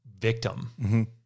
victim